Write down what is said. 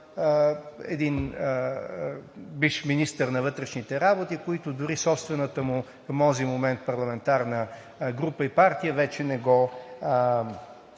един бивш министър на вътрешните работи, който дори собствената му към онзи момент парламентарна група и партия вече го